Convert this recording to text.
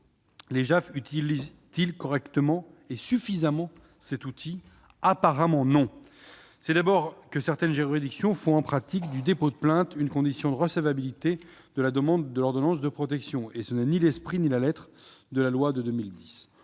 les JAF utilisent-ils correctement et suffisamment cet outil ? Apparemment, non. D'abord, en pratique, certaines juridictions font du dépôt de plainte une condition de recevabilité de la demande d'ordonnance de protection. Ce n'est pourtant ni l'esprit ni la lettre de la loi de 2010.